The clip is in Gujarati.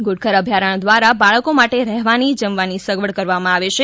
ધુડખર અભ્યારણ્ય દ્વારા બાળકો માટે રહેવાની જમવાની સગવડ કરવામાં આવે છે